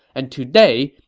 and today,